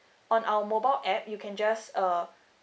on our mobile app you can just uh